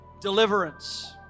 Deliverance